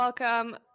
Welcome